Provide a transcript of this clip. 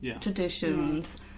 Traditions